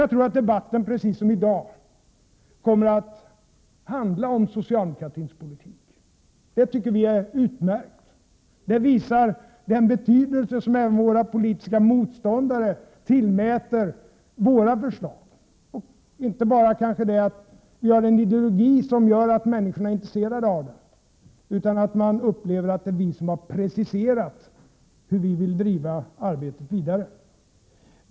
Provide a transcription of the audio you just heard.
Jag tror att debatten precis som i dag kommer att handla om socialdemokratins politik. Det tycker vi är utmärkt, det visar vilken betydelse även våra politiska motståndare tillmäter våra förslag. Det visar inte bara att vi har en ideologi som människorna är intresserade av utan också att man upplever att det är vi som har preciserat hur vi vill driva arbetet vidare.